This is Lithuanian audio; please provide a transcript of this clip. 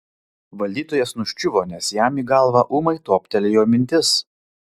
valdytojas nuščiuvo nes jam į galvą ūmai toptelėjo mintis